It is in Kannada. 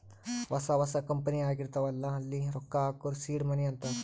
ಹೊಸಾ ಹೊಸಾ ಕಂಪನಿ ಆಗಿರ್ತಾವ್ ಅಲ್ಲಾ ಅಲ್ಲಿ ರೊಕ್ಕಾ ಹಾಕೂರ್ ಸೀಡ್ ಮನಿ ಅಂತಾರ